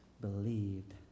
believed